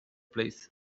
place